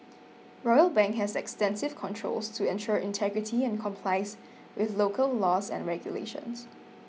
Royal Bank has extensive controls to ensure integrity and complies with local laws and regulations